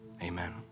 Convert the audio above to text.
Amen